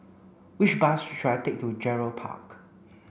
which bus should I take to Gerald Park